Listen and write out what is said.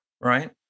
Right